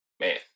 man